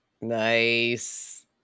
Nice